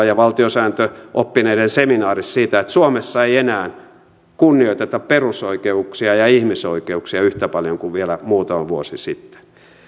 ja valtiosääntöoppineiden seminaarissa käyty keskustelua siitä että suomessa ei enää kunnioiteta perusoikeuksia ja ihmisoikeuksia yhtä paljon kuin vielä muutama vuosi sitten